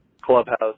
clubhouse